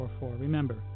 Remember